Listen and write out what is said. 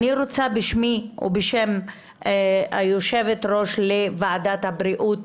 אני רוצה בשמי ובשם יושבת הראש של ועדת הבריאות,